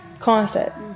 concept